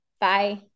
Bye